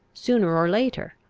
sooner or later,